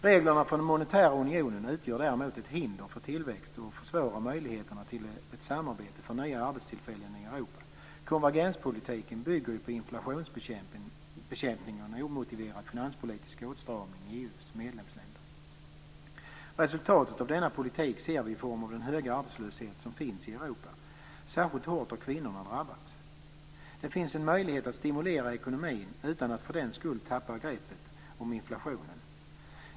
Reglerna för den monetära unionen utgör däremot ett hinder för tillväxt och försvårar möjligheterna till ett samarbete för nya arbetstillfällen i Europa. Konvergenspolitiken bygger ju på inflationsbekämpning och en omotiverad finanspolitisk åtstramning i EU:s medlemsländer. Resultatet av denna politik ser vi i form av den höga arbetslöshet som finns i Europa. Särskilt hårt har kvinnorna drabbats. Det finns en möjlighet att stimulera ekonomin utan att för den skull tappa greppet om inflationen.